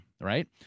right